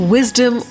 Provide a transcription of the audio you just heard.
Wisdom